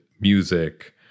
music